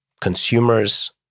consumers